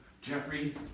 Jeffrey